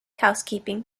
housekeeping